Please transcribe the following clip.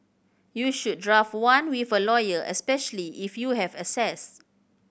you should draft one with a lawyer especially if you have assets